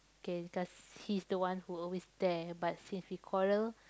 K because he's the one who always there but since we quarrel